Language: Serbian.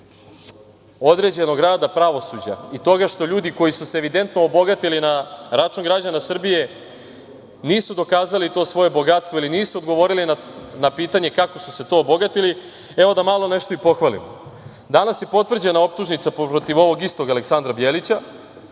određenog rada pravosuđa i toga što ljudi koji su se evidentno obogatili na račun građana Srbije, nisu dokazali to svoje bogatstvo ili nisu odgovorili na pitanje kako su se to obogatili, evo da malo nešto i pohvalim. Danas je potvrđena optužnica protiv ovog istog Aleksandra Bjelića,